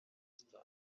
star